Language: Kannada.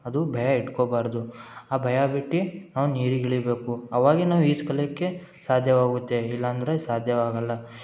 ಅದು ಭಯ ಇಟ್ಕೊಬಾರದು ಆ ಭಯ ಬಿಟ್ಟು ನಾವು ನೀರಿಗೆ ಇಳಿಬೇಕು ಅವಾಗೆ ನಾವು ಈಜು ಕಲಿಯಕ್ಕೆ ಸಾಧ್ಯವಾಗುತ್ತೆ ಇಲ್ಲಾಂದ್ರೆ ಸಾಧ್ಯವಾಗಲ್ಲ